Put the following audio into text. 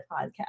podcast